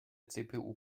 cpu